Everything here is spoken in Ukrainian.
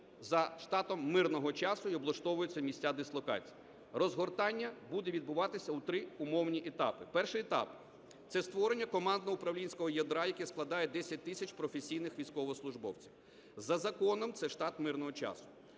за штатом мирного часу і облаштовуються місця дислокації. Розгортання буде відбуватися у три умовні етапи. Перший етап – це створення командно-управлінського ядра, який складає 10 тисяч професійних військовослужбовців. За законом це штат мирного часу.